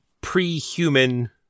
pre-human